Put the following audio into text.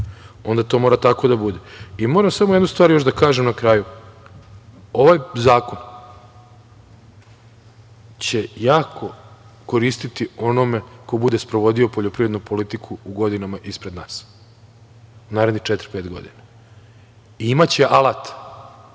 onda to mora tako da bude. Moram samo jednu stvar još da kažem na kraju. Ovaj zakon će jako koristiti onome ko bude sprovodio poljoprivrednu politiku u godinama ispred nas, narednih četiri, pet godina. Imaće alat